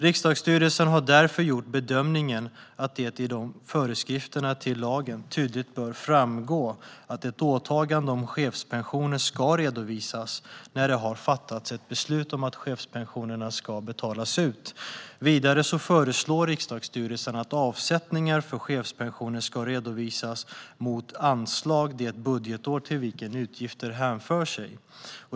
Riksdagsstyrelsen har därför gjort bedömningen att det i föreskrifterna till lagen tydligt bör framgå att ett åtagande om chefspensioner ska redovisas när det har fattats ett beslut om att chefspensioner ska betalas ut. Vidare föreslår riksdagsstyrelsen att avsättningar för chefspensioner ska redovisas mot anslag det budgetår till vilket utgiften hänför sig.